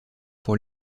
pour